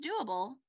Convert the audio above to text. doable